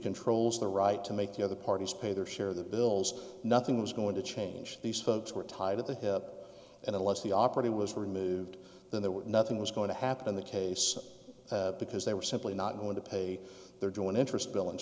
controls the right to make the other parties pay their share of the bills nothing was going to change these folks were tied at the hip and unless the operating was removed then there was nothing was going to happen in the case because they were simply not going to pay their due an interest bill